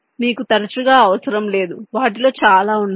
మీకు తరచుగా అవసరం లేదు వాటిలో చాలా ఉన్నాయి